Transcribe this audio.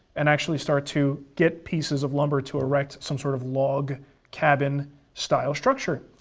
and actually start to get pieces of lumber to erect some sort of log cabin style structure.